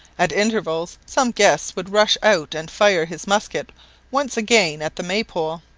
at intervals some guest would rush out and fire his musket once again at the maypole,